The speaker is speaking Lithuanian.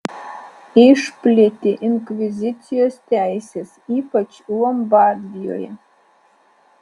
išplėtė inkvizicijos teises ypač lombardijoje